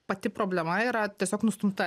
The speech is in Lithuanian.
pati problema yra tiesiog nustumta